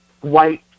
white